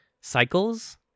cycles